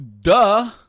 Duh